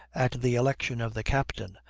at the election of the captain,